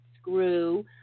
screw